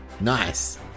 Nice